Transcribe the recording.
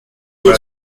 des